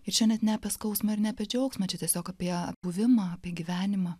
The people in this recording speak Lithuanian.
ir čia net ne apie skausmą ar ne apie džiaugsmą čia tiesiog apie buvimą apie gyvenimą